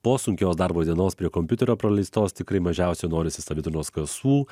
po sunkios darbo dienos prie kompiuterio praleistos tikrai mažiausiai norisi savitarnos kasų